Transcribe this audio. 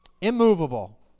immovable